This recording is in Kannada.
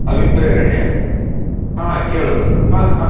ಅವಿಪ್ರೇರಣೆಯ ಹಾಂ ಕೇಳು ಹಾಂ ಹಾಂ